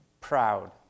proud